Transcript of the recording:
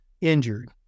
injured